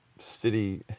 city